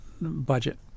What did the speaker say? budget